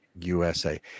USA